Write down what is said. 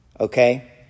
Okay